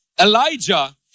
Elijah